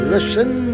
Listen